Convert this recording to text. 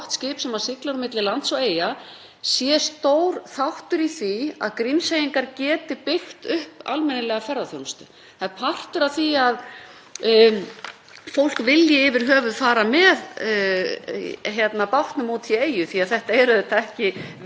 fólk vilji yfir höfuð fara með bátnum út í eyju því að þetta er auðvitað ekki viðunandi eins og þetta er, eða eins og hv. þm. Jakob Frímann Magnússon sagði: Það á ekki að valda manni ógleði vilja sækja heim eyju sem er jafn falleg og Grímsey.